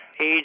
Age